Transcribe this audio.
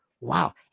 wow